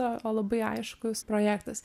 o labai aiškus projektas